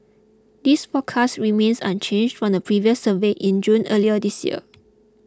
this forecast remains unchanged from the previous survey in June earlier this year